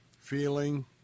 feeling